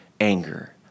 anger